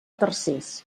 tercers